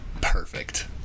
Perfect